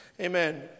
Amen